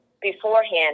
beforehand